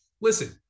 listen